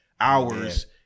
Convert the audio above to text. hours